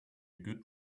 good